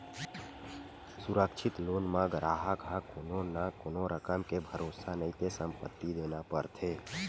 सुरक्छित लोन म गराहक ह कोनो न कोनो रकम के भरोसा नइते संपत्ति देना परथे